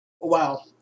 Wow